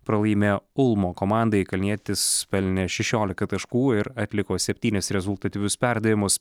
pralaimėjo ulmo komandai kalnietis pelnė šešioliką taškų ir atliko septynis rezultatyvius perdavimus